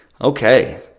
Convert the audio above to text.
Okay